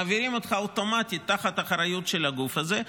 מעבירים אותך אוטומטית תחת האחריות של הגוף הזה,